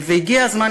והגיע הזמן,